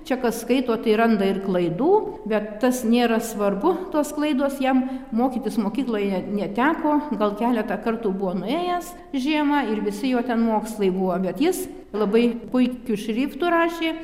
čia kas skaito tai randa ir klaidų bet tas nėra svarbu tos klaidos jam mokytis mokykloje neteko gal keletą kartų buvo nuėjęs žiemą ir visi jo ten mokslai buvo bet jis labai puikiu šriftu rašė